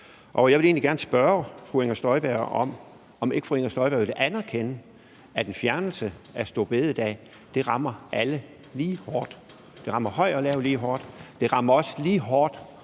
Og jeg vil egentlig gerne spørge fru Inger Støjberg, om ikke fru Inger Støjberg vil anerkende, at en fjernelse af store bededag rammer alle lige hårdt. Det rammer høj og lav lige hårdt. Det rammer også lige hårdt,